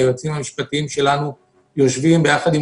היועצים המשפטיים שלנו יושבים ביחד עם